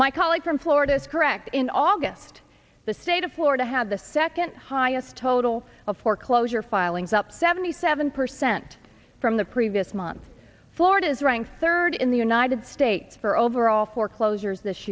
my colleague from florida is correct in august the state of florida had the second highest total of foreclosure filings up seventy seven percent from the previous month florida is ranked third in the united states for overall foreclosures this